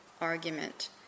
argument